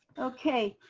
okay.